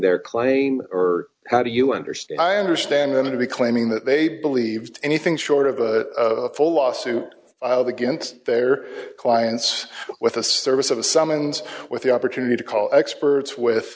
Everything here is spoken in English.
their claim or how do you understand i understand them to be claiming that they believed anything short of a full lawsuit filed against their clients with a service of a summons with the opportunity to call experts with